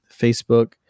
Facebook